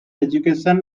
education